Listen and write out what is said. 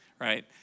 right